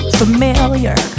familiar